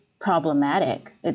problematic